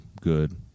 good